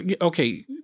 Okay